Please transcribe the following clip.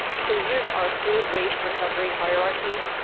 so here's our food waste recovery hierarchy.